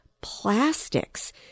plastics